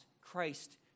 Christ